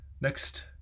Next